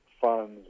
funds